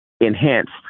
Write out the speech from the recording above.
enhanced